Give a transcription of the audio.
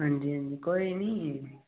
हां जी हां जी कोई नी